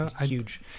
huge